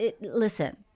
Listen